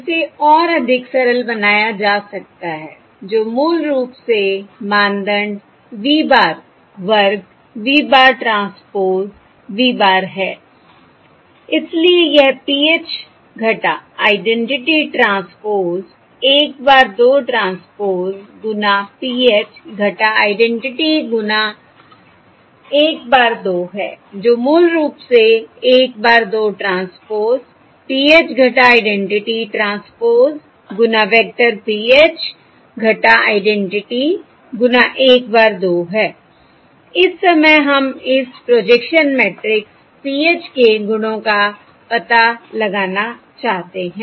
जिसे और अधिक सरल बनाया जा सकता है जो मूल रूप से मानदंड v bar वर्ग v bar transpose v bar है इसलिए यह PH - identity transpose 1 bar 2 transpose गुना PH - आइडेंटिटी गुना 1 bar 2 है जो मूल रूप से 1 bar 2 transpose PH - identity transpose गुना वेक्टर PH - आइडेंटिटी गुना 1 bar 2 है इस समय हम इस प्रोजेक्शन मैट्रिक्स PH के गुणों का पता लगाना चाहते हैं